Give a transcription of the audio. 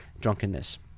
drunkenness